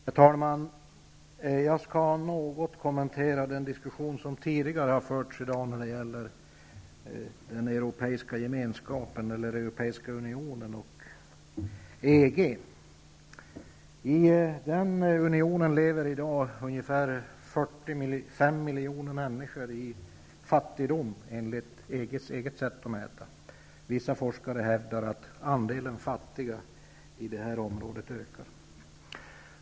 Herr talman! Jag skall något kommentera den diskussion som har förts tidigare i dag när det gäller Europeiska gemenskapen eller Europeiska unionen. Där lever i dag ungefär 45 miljoner människor i fattigdom, enligt EG:s eget sätt att mäta. Vissa forskare hävdar att andelen fattiga i detta område ökar.